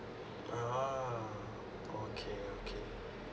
a'ah okay okay